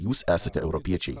jūs esate europiečiai